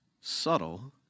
Subtle